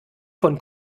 von